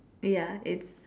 ya it's